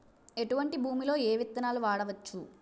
ఎటువంటి భూమిలో ఏ విత్తనాలు వాడవచ్చు?